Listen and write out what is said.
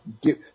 give